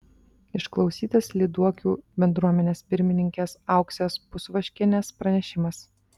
išklausytas lyduokių bendruomenės pirmininkės auksės pusvaškienės pranešimas